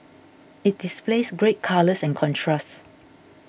it displays great colours and contrast